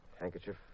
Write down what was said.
handkerchief